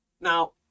now